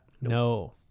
No